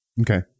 okay